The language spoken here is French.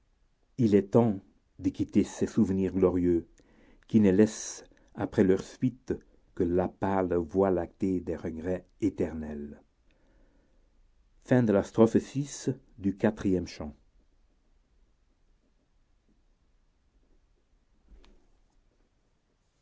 il est temps de quitter ces souvenirs glorieux qui ne laissent après leur suite que la pâle voie lactée des regrets éternels